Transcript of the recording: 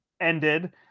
ended